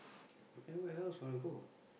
then where else wanna go